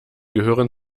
gehören